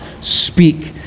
speak